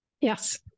yes